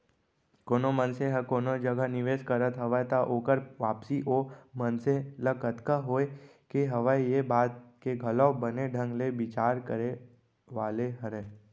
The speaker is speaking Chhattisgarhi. कोनो मनसे ह कोनो जगह निवेस करत हवय त ओकर वापसी ओ मनसे ल कतका होय के हवय ये बात के घलौ बने ढंग ले बिचार करे वाले हरय